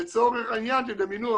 לצורך העניין תדמיינו,